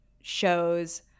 shows